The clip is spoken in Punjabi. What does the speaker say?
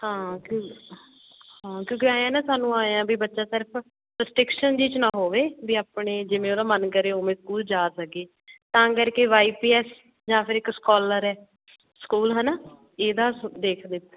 ਹਾਂ ਹਾਂ ਕਿਉਂਕਿ ਐਂ ਨਾ ਸਾਨੂੰ ਆਏ ਆ ਵੀ ਬੱਚਾ ਸਿਰਫ ਰਸਟ੍ਰਿੱਕਸ਼ਨ ਜਿਹੀ 'ਚ ਨਾ ਹੋਵੇ ਵੀ ਆਪਣੇ ਜਿਵੇਂ ਉਹਦਾ ਮਨ ਕਰੇ ਉਵੇਂ ਸਕੂਲ ਜਾ ਸਕੇ ਤਾਂ ਕਰਕੇ ਵਾਈ ਪੀ ਐੱਸ ਜਾਂ ਫਿਰ ਇੱਕ ਸਕੋਲਰ ਹੈ ਸਕੂਲ ਹੈ ਨਾ ਇਹਦਾ ਦੇਖਦੇ